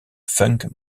funk